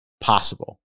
possible